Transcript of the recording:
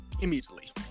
immediately